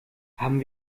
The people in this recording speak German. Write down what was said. haben